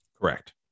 correct